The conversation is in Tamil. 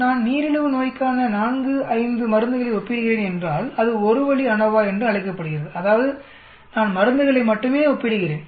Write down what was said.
நான் நீரிழிவு நோய்க்கான 4 5 மருந்துகளை ஒப்பிடுகிறேன் என்றால் அது ஒரு வழி அநோவா என்று அழைக்கப்படுகிறது அதாவது நான் மருந்துகளை மட்டுமே ஒப்பிடுகிறேன்